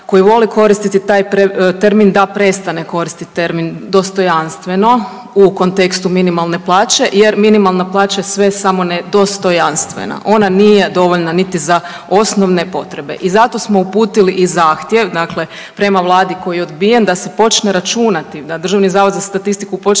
koji voli koristiti taj termin da prestane koristit termin dostojanstveno u kontekstu minimalne plaće jer minimalna plaća je sve samo ne dostojanstvena. Ona nije dovoljna niti za osnove potrebe. I zato smo uputili i zahtjev prema vladi koji je odbijen da se počne računati da DZS počne računati koji